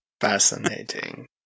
Fascinating